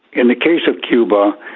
in the case of cuba,